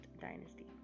dynasty